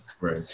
Right